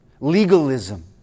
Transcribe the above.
Legalism